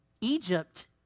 Egypt